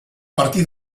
partir